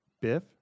Biff